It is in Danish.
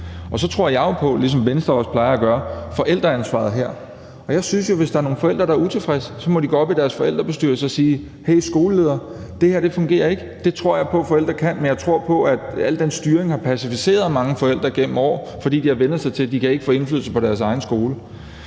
Så tror jeg jo på, ligesom Venstre også plejer at gøre, forældreansvaret her. Jeg synes jo, at hvis der er nogen forældre, der er utilfredse, må de gå op i deres forældrebestyrelse og sige: Hey, skoleleder, det her fungerer ikke. Det tror jeg på forældre kan, men jeg tror, at al den styring har pacificeret mange forældre gennem år, fordi de har vænnet sig til, at de ikke kan få indflydelse på deres egen skole.